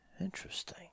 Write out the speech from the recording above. Interesting